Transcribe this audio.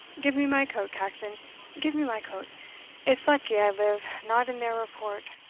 give me my coat, caxon give me my coat it's lucky i live not in their report.